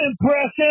impression